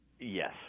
Yes